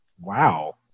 Wow